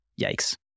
yikes